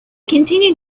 continued